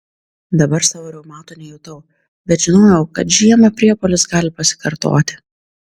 dabar savo reumato nejutau bet žinojau kad žiemą priepuolis gali pasikartoti